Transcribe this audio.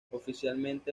oficialmente